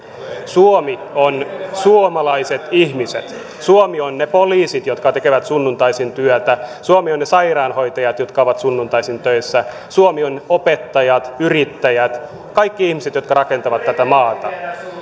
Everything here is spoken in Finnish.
suomi on suomalaiset ihmiset suomi on ne poliisit jotka tekevät sunnuntaisin työtä suomi on ne sairaanhoitajat jotka ovat sunnuntaisin töissä suomi on opettajat yrittäjät kaikki ihmiset jotka rakentavat tätä maata